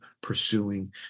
pursuing